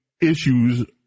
issues